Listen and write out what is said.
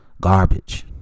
Garbage